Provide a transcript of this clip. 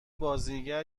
بازیگر